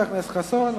חבר הכנסת חסון,